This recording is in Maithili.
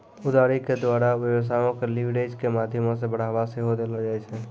उधारी के द्वारा व्यवसायो के लीवरेज के माध्यमो से बढ़ाबा सेहो देलो जाय छै